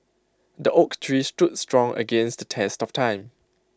the oak tree stood strong against the test of time